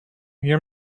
hear